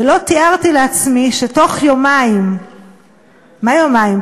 ולא תיארתי לעצמי שתוך יומיים מה יומיים?